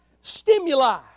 stimuli